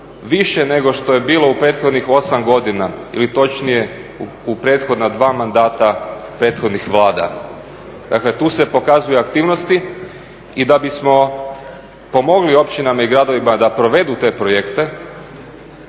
više nego što je bilo u prethodnih 8 godina ili točnije u prethodna dva mandata prethodnih Vlada. Dakle, tu se pokazuje aktivnosti. I da bismo pomogli općinama i gradovima da provedu te projekte,